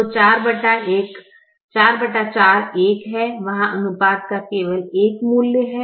तो 44 1 है वहाँ अनुपात का केवल एक मूल्य है